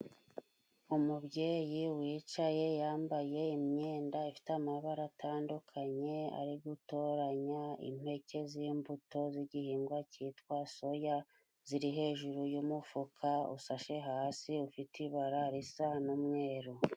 Umubyeyi wicaye yambaye imyenda ifite amabara atandukanye, ari gutoranya impeke z'imbuto z'igihingwa cyitwa soya, ziri hejuru y'umufuka usashe hasi ufite ibara risa n'umweru.